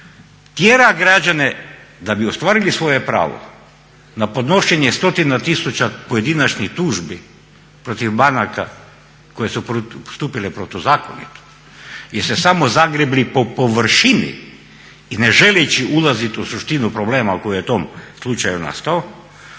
tjera građane da bi ostvarili svoje pravo na podnošenje stotina tisuća pojedinačnih tužbi protiv banaka koje su postupile protuzakonito jer ste samo zagrebli po površini i ne želeći ulaziti u suštinu problema koji je u tom slučaju nastao,